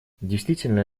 действительно